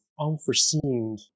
unforeseen